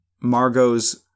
Margot's